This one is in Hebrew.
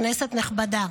כנסת נכבדה,